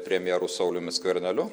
premjeru sauliumi skverneliu